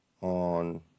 on